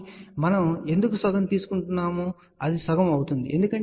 కాబట్టి మనం ఎందుకు సగం తీసుకుంటున్నామో అది సగం అవుతుంది ఎందుకంటే ఇది 1 మరియు తరువాత మైనస్ 1 సరే